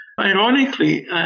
Ironically